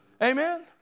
Amen